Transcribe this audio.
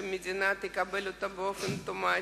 שהמדינה תקבל את זה באופן אוטומטי.